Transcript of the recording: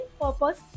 purpose